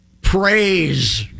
praise